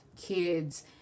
kids